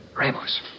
Ramos